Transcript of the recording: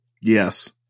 Yes